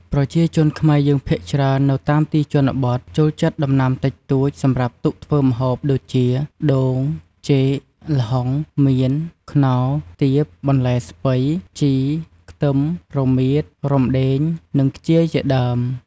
ប្រជាជនខ្មែរយើង ភាគច្រើននៅតាមទីជនបទចូលចិត្តដំណាំតិចតូច សម្រាប់ទុកធ្វើម្ហូបដូចជា ដូង ចេក ល្ហុង មៀន ខ្នុរ ទៀប បន្លែស្ពៃ ជី ខ្ទឹម រមៀត រំដេង និងខ្ជាយ ជាដើម។